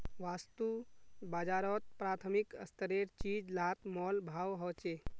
वास्तु बाजारोत प्राथमिक स्तरेर चीज़ लात मोल भाव होछे